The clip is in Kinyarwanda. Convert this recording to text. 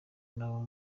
n’abo